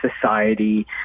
society